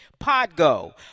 Podgo